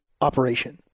operation